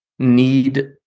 need